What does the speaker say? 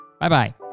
Bye-bye